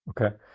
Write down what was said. Okay